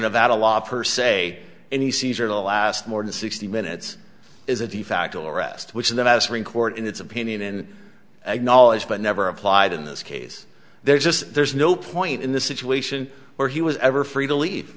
nevada law per se and he sees or the last more than sixty minutes is a de facto arrest which is a mastering court in its opinion and acknowledged but never applied in this case there's just there's no point in the situation where he was ever free to leave